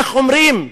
איך אומרים,